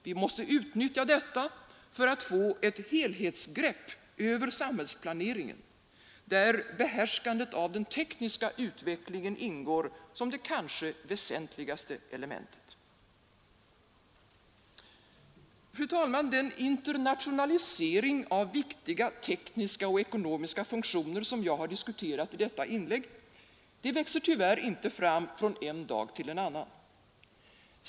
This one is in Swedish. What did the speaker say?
Vi måste utnyttja detta för att få ett helhetsgrepp över samhällsplaneringen, där behärskandet av den tekniska utvecklingen ingår som det kanske väsentligaste elementet. Fru talman! Den internationalisering av viktiga tekniska och ekonomiska funktioner som jag har diskuterat i detta inlägg växer tyvärr inte fram från en dag till en annan.